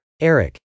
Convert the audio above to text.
eric